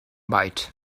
bite